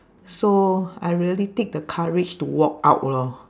so I really take the courage to walk out lor